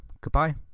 Goodbye